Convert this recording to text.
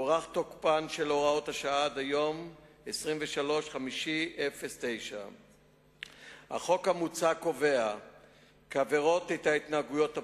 הוארך תוקפן של הוראות השעה עד יום 23 במאי 2009. החוק המוצע קובע כעבירות את ההתנהגויות הבאות: